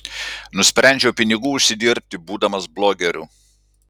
nusprendžiau pinigų užsidirbti būdamas blogeriu